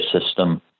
system